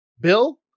Bill